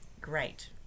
great